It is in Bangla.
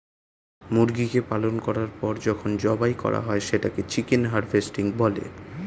মুরগিকে পালন করার পর যখন জবাই করা হয় সেটাকে চিকেন হারভেস্টিং বলে